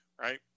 Right